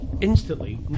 instantly